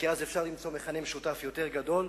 כי אז אפשר למצוא מכנה משותף יותר גדול.